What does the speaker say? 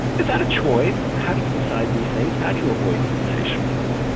is that a choice? how do you decide these things, how do you avoid sensationalism?